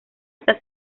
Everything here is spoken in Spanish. está